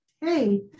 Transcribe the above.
hey